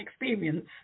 experience